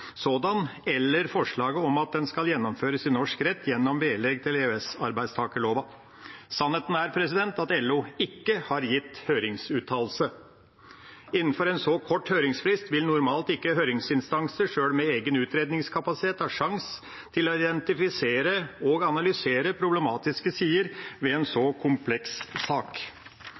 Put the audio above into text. sådan eller forslaget om at den skal gjennomføres i norsk rett gjennom vedlegg til EØS-arbeidstakarlova». Sannheten er at LO ikke har gitt høringsuttalelse. Innenfor en så kort høringsfrist vil normalt ikke høringsinstanser, sjøl med egen utredningskapasitet, ha sjanse til å identifisere og analysere problematiske sider ved en så kompleks sak.